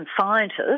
scientists